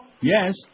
Yes